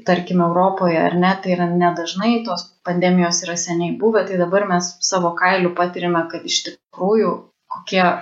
tarkime europoje ar ne tai yra nedažnai tos pandemijos yra seniai buvę tai dabar mes savo kailiu patiriame kad iš tikrųjų kokie